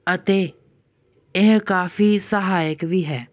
ਅਤੇ ਇਹ ਕਾਫ਼ੀ ਸਹਾਇਕ ਵੀ ਹੈ